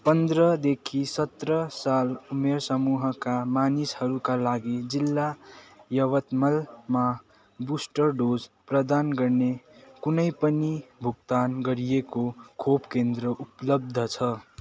पन्ध्रदेखि सत्र साल उमेर समूहका मानिसहरूका लागि जिल्ला यवतमलमा बुस्टर डोज प्रदान गर्ने कुनै पनि भुक्तान गरिएको खोप केन्द्र उपलब्ध छ